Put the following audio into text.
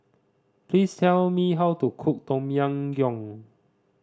please tell me how to cook Tom Yam Goong